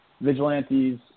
vigilantes